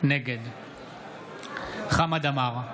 נגד חמד עמאר,